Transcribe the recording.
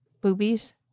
boobies